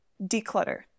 declutter